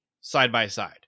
side-by-side